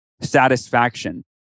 Satisfaction